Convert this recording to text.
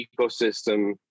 ecosystem